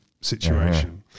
situation